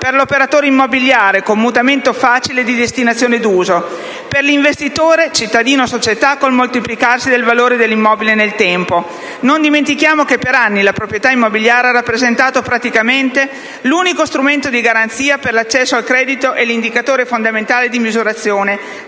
per l'operatore immobiliare, con mutamento facile di destinazione d'uso; per l'investitore, cittadino o società, con il moltiplicarsi del valore dell'immobile nel tempo (non dimentichiamo che per anni la proprietà immobiliare ha rappresentato praticamente l'unico strumento di garanzia per l'accesso al credito e l'indicatore fondamentale di misurazione